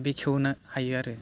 बेखेवनो हायो आरो